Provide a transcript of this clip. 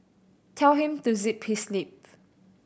tell him to zip his lip